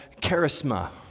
charisma